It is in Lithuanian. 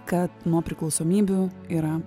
kad nuo priklausomybių yra